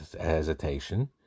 hesitation